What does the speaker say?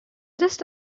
just